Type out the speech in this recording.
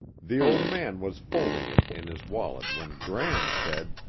the old man was folding it in his wallet when gram said,